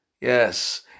Yes